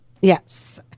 Yes